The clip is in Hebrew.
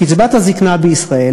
קצבת הזיקנה בישראל